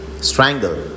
strangle